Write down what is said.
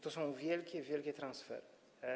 To są wielkie, wielkie transfery.